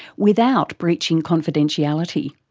without breaching confidentiality.